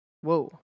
Whoa